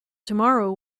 tomorrow